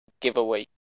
giveaway